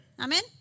Amen